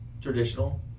traditional